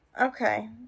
Okay